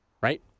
right